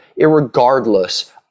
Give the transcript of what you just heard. irregardless